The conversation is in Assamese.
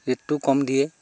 ৰেটটো কম দিয়ে